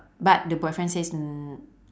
but the boyfriend says n~